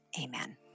amen